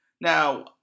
Now